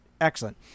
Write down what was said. excellent